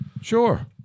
Sure